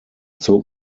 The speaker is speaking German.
zog